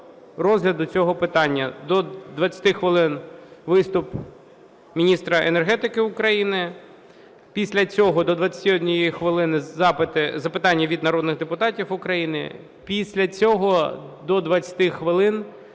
до 20 хвилин – виступ міністра енергетики України; після цього до 21 хвилини – запитання від народних депутатів України; після цього до 20 хвилин